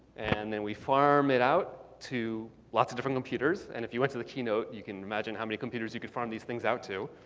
and then we farm it out to lots of different computers. and if you went to the keynote, you can imagine how many computers you could farm these things out to.